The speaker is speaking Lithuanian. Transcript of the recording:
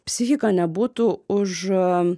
psichika nebūtų už